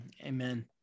Amen